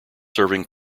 serving